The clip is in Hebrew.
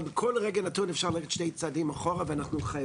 אבל בכל